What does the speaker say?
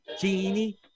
Genie